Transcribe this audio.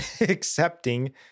accepting